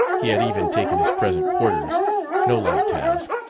he had even taken his present quarters no light task,